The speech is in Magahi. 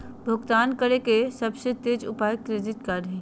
भुगतान करे के सबसे तेज उपाय क्रेडिट कार्ड हइ